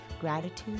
gratitude